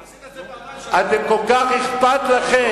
עשית את זה, אתם, כל כך אכפת לכם